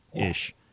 ish